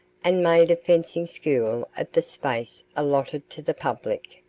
and made a fencing school of the space allotted to the public.